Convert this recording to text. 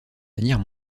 manière